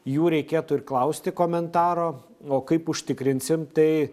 jų reikėtų ir klausti komentaro o kaip užtikrinsim tai